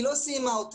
היא לא סיימה אותה.